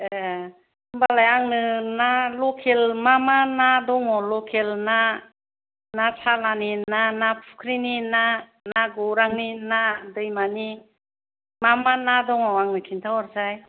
ए होमबालाय आंनो ना लकेल मा मा ना दङ लकेलना ना सालानिना ना फुख्रिनि ना ना गौरांनि ना दैमानि मा मा ना दङ आंनो खिन्था हरसाय